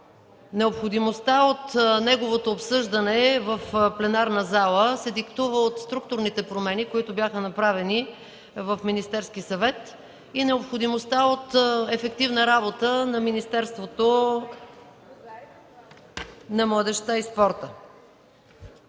Необходимостта от неговото обсъждане в пленарна зала се диктува от направените структурни промени в Министерския съвет и необходимостта от ефективна работа на Министерството на младежта и спорта.